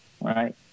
right